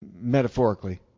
metaphorically